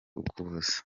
ukuboza